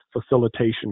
Facilitation